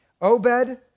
Obed